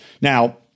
Now